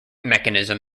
mechanism